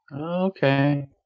okay